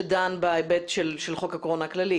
שדן בהיבט של חוק הקורונה הכללי?